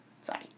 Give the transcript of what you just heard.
Sorry